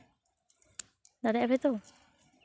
ᱫᱟᱲᱮᱭᱟᱜᱼᱟ ᱯᱮ ᱛᱚ